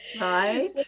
right